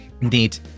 Neat